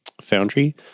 foundry